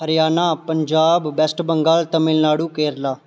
Haryana Punjab west Bengal Kerala